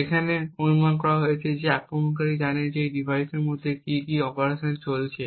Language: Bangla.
এখানে অনুমান করা হয় যে আক্রমণকারী জানে এই ডিভাইসের মধ্যে ঠিক কী কী অপারেশন চলছে